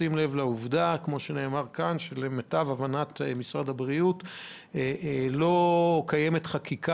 בשים לב לעובדה שלמיטב הבנת משרד הבריאות לא קיימת חקיקה